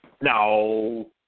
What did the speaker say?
no